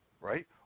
right